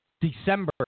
December